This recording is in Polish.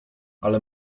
ale